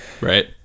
Right